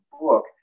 book